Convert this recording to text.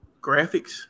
graphics